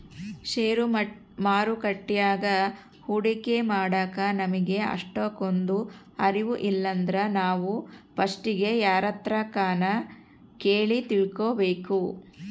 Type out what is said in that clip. ಷೇರು ಮಾರುಕಟ್ಯಾಗ ಹೂಡಿಕೆ ಮಾಡಾಕ ನಮಿಗೆ ಅಷ್ಟಕೊಂದು ಅರುವು ಇಲ್ಲಿದ್ರ ನಾವು ಪಸ್ಟಿಗೆ ಯಾರ್ತಕನ ಕೇಳಿ ತಿಳ್ಕಬಕು